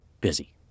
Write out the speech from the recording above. busy